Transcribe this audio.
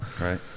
Right